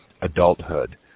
adulthood